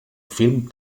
film